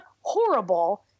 horrible